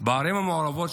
בערים המעורבות,